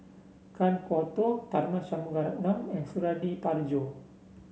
Kan Kwok Toh Tharman Shanmugaratnam and Suradi Parjo